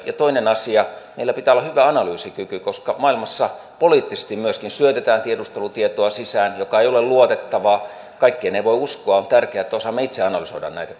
ja toinen asia meillä pitää olla hyvä analyysikyky koska maailmassa poliittisesti myöskin syötetään sisään tiedustelutietoa joka ei ole luotettavaa kaikkeen ei voi uskoa vaan on tärkeää että osaamme itse analysoida näitä